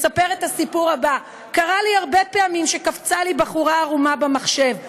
מספר את הסיפור הבא: קרה לי הרבה פעמים שקפצה לי בחורה עירומה במחשב,